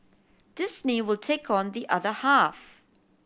Disney will take on the other half